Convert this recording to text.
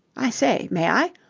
i say, may i?